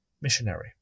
missionary